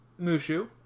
Mushu